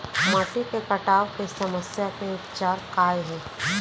माटी के कटाव के समस्या के उपचार काय हे?